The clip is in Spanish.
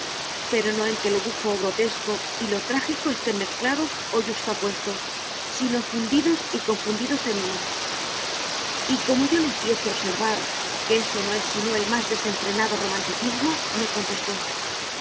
pero no en que lo bufo o grotesco y lo trágico estén mezclados o yuxtapuestos sino fundidos y confundidos en uno y como yo le hiciese observar que eso no es sino el más desenfrenado romanticismo me contestó